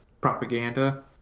propaganda